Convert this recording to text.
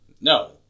No